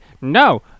No